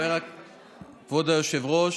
כבוד היושב-ראש,